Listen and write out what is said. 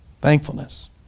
Thankfulness